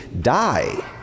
die